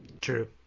true